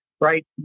right